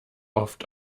oft